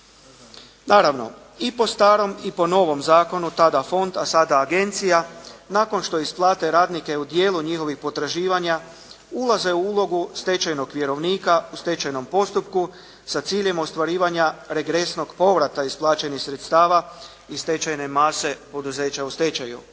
Naravno i po starom i po novom zakonu tada fond a sada agencija nakon što isplate radnike u dijelu njihovih potraživanja ulaze u ulogu stečajnog vjerovnika u stečajnom postupku sa ciljem ostvarivanja regresnog povrata isplaćenih sredstava iz stečajne mase poduzeća u stečaju.